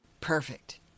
Perfect